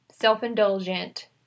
self-indulgent